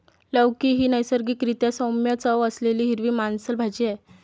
लौकी ही नैसर्गिक रीत्या सौम्य चव असलेली हिरवी मांसल भाजी आहे